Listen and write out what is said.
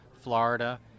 Florida